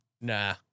Nah